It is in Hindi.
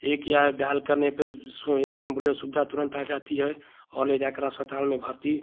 एक या डायल करने पर एम्बुलेन्स सुविधा तुरन्त आ जाती है और ले जाकर अस्पताल में भर्ती